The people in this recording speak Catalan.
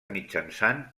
mitjançant